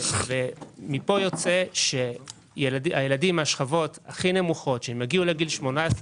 מפה יוצא שכשהילדים מהשכבות הכי נמוכות יגיעו לגיל 18,